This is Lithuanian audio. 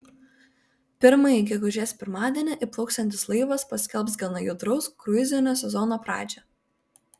pirmąjį gegužės pirmadienį įplauksiantis laivas paskelbs gana judraus kruizinio sezono pradžią